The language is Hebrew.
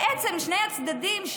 בעצם שני הצדדים,